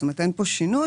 זאת אומרת, אין כאן שינוי.